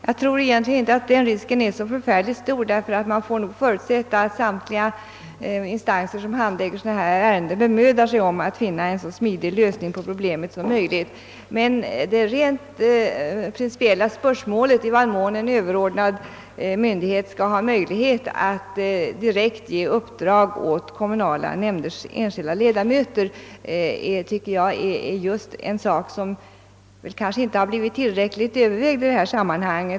Jag tror egentligen inte att denna risk är särskilt stor, eftersom man nog får förutsätta att samtliga instanser som handlägger ärenden av detta slag bemödar sig om att finna en så smidig lösning på problemet som möjligt. Men det rent principiella spörsmålet, i vad mån en överordnad myndighet skall ha möjlighet att direkt ge uppdrag åt kommunala nämnders enskilda ledamöter, tycker jag är något som inte blivit tillräckligt övervägt i detta sammanhang.